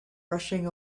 rushing